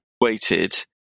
Waited